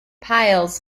piles